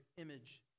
image